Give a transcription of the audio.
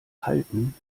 halten